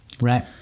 right